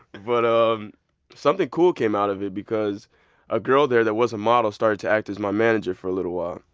but um something cool came out of it because a girl there that was a model started to act as my manager for a little while